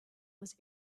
was